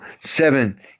seven